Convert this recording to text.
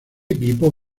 equipo